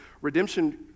redemption